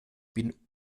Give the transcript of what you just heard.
bin